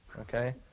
Okay